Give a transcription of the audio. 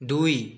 দুই